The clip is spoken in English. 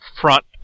front